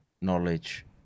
knowledge